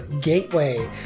gateway